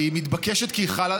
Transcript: התשע"ח 2018,